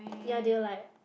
ya they were like